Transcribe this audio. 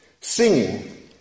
singing